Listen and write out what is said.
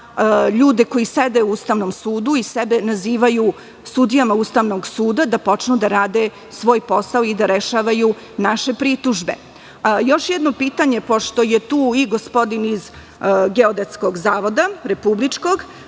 ljudi koji sede u Ustavnom sudu i sebe nazivaju sudijama Ustavnog suda da počnu da rade svoj posao i da rešavaju naše pritužbe. Još jedno pitanje, pošto je tu i gospodin iz Geodetskog zavoda. Našla